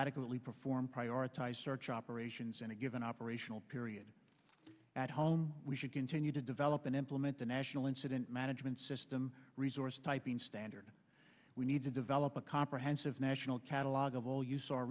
adequately perform prioritize search operations in a given operational period at home we should continue to develop and implement the national incident management system resource typing standard we need to develop a comprehensive national catalog of all use our